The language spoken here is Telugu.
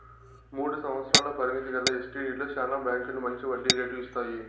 మూడు సంవత్సరాల పరిమితి గల ఎస్టీడీలో శానా బాంకీలు మంచి వడ్డీ రేటు ఇస్తాయి